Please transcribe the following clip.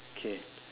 K